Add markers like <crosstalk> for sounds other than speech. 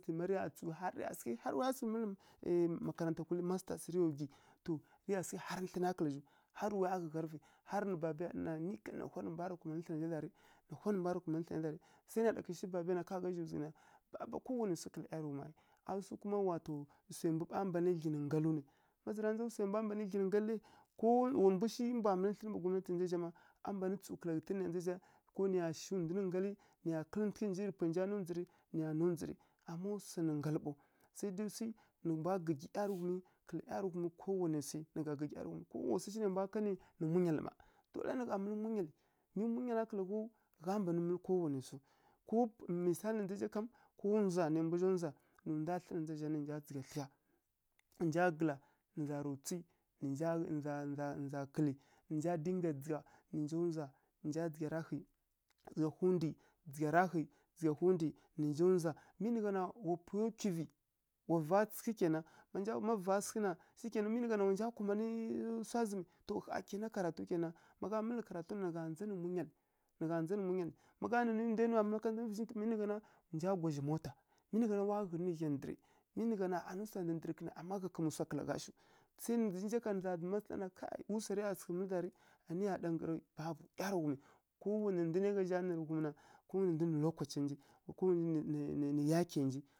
<unintelligible> Rǝ ya tsǝw harǝ rǝya sǝghǝ harǝ rǝya sǝghǝ mǝlǝ <hesitation> makaranta kulǝ masters rǝya sǝghǝ gwi. To rǝya sǝghǝ harǝ thlǝna kǝla zhǝw harǝ waya ghǝgharǝvǝ rǝ babaya ɗana na hwa nǝ mbwarǝ kumanǝ thlǝna zha za rǝ, na hwa nǝ mbwarǝ kumanǝ thlǝna zha rǝ sai rǝ ya ɗa kǝshi babaya na aˈi kowanai swi kǝla ˈyarǝghum <unintelligible> swai ndu ɓa mban dlyi nǝ nggalǝw nai aˈi ma zǝ ra ndza swai mbwa mban dlyi nǝ nggalǝ rai wa mbu shi na mǝlǝ thlǝnǝ mbǝ gwamnati na ndza zǝ zha ma a mban tsǝw kǝla ghǝtǝn nǝya ɗa na ndza zǝ zha ko nǝya shi ghǝnji nǝ nggalǝ, nǝya kǝlǝntǝghǝ nji rǝ pwa nja ndzondza nji rǝ nǝya ndondzǝ rǝ. Amma swan nǝ nggalǝ ɓaw sai nǝ mbwa gǝggyi ˈyarǝghumi kǝla ˈyarǝghumi kowanai swi, nǝ gha gǝggyi ˈyarǝghumi. Kuma wa su shi nai mbwa kanǝ munyal mma nǝ gha mǝlǝ munya, dole nǝ gha mǝlǝ munyalǝ mi munyala kǝla ghaw, gha mban mǝlǝ kowanai swu ko misali na ndza zǝ zha kam ko ndzwa nai mbu zha ndzwa nǝ ndwa thlǝ nǝ mbwa dzǝgha thlǝgha nǝ za rǝ tswi nǝ za <unintelligible> kǝlǝ nǝ nja dinga dzagha nǝ nja ndzwa nǝ nja dzǝgha tarǝghǝ, dzǝgha hundǝ nǝ nja ndzwa mi nǝ gha na wa pwaya nkuvǝ, wa va sǝghǝ kena ma va sǝghǝ na, mi nǝ gha na shikena wa nja kumanǝ swa zǝmǝ to ƙha kena karatu kena má ghá mǝlǝ karatu na, nǝgh ndza nǝ munyal, nǝ gha ndza nǝ munyalǝ <unintelligible> nǝ nja kwazhi mota, mi nǝ gha na wa nja ghǝnǝ ghya ndǝrǝ, mi nǝ gha na anǝ swa ndǝndǝrǝ kǝnǝ ama gha kam swa kǝla gha shiw sai nǝ nja ƙha nǝ gha zǝma ɗana wu swai ya zǝma sǝghǝ mǝlǝza rǝ anǝ zha ɗa nggǝro <unintelligible> kowanai ndu nǝ yake nji kowanai ndwi nǝ lokaca nji kowani yakinji.